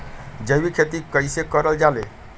जैविक खेती कई से करल जाले?